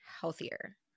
healthier